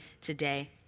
today